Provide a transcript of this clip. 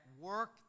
work